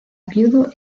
viudo